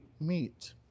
meet